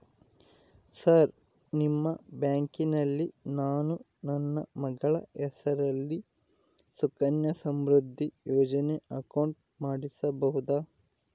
Sir ನಿಮ್ಮ ಬ್ಯಾಂಕಿನಲ್ಲಿ ನಾನು ನನ್ನ ಮಗಳ ಹೆಸರಲ್ಲಿ ಸುಕನ್ಯಾ ಸಮೃದ್ಧಿ ಯೋಜನೆ ಅಕೌಂಟ್ ಮಾಡಿಸಬಹುದಾ?